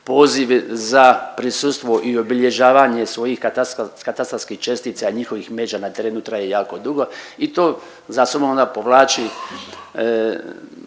pozivi za prisustvo i obilježavanje svojih katastarskih čestica i njihovih mreža na terenu traje jako dugo i to za sobom onda povlači